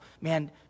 Man